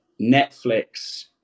Netflix